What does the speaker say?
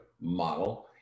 model